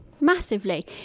massively